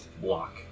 block